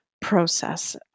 process